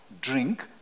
drink